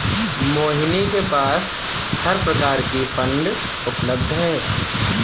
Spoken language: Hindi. मोहिनी के पास हर प्रकार की फ़ंड उपलब्ध है